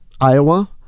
Iowa